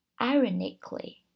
ironically